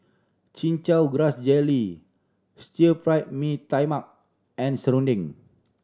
Chin Chow Grass Jelly Stir Fried Mee Tai Mak and serunding